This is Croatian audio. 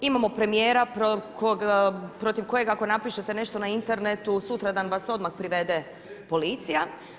Imamo premijera protiv kojeg ako napišete nešto na Internetu sutradan vas odmah privede policija.